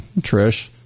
Trish